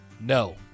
No